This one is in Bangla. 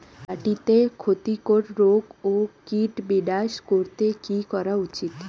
মাটিতে ক্ষতি কর রোগ ও কীট বিনাশ করতে কি করা উচিৎ?